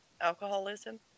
alcoholism